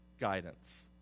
guidance